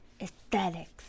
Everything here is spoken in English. aesthetics